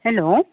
hello